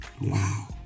Wow